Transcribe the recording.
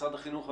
משרד החינוך,